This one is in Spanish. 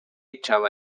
echaba